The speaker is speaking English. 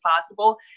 possible